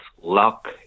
luck